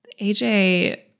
AJ